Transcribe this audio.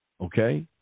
Okay